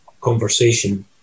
conversation